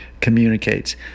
communicates